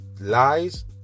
lies